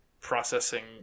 processing